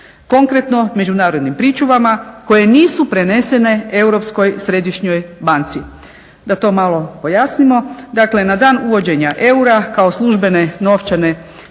konkretno međunarodnim pričuvama koje nisu prenesene Europskoj središnjoj banci. Da to malo pojasnimo. Dakle na dan uvođenja eura kao službene novčane